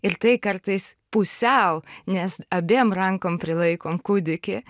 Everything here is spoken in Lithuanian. ir tai kartais pusiau nes abiem rankom prilaikom kūdikį